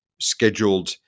scheduled